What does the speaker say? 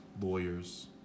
lawyers